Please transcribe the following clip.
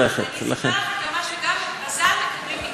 גם בז"ן מקבלים מקצא"א את הנפט.